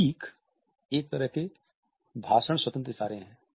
प्रतीक एक तरह के भाषण स्वतंत्र इशारे हैं